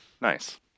Nice